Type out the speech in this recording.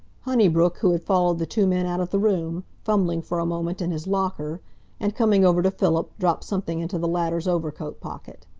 honeybrook, who had followed the two men out of the room, fumbling for a moment in his locker and, coming over to philip, dropped something into the latter's overcoat pocket.